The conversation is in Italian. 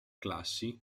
classi